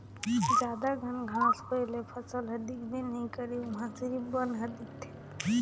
जादा घन घांस होए ले फसल हर दिखबे नइ करे उहां सिरिफ बन हर दिखथे